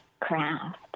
craft